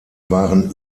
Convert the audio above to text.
waren